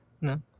No